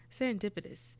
serendipitous